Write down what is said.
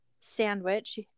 sandwich